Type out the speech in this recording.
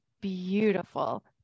beautiful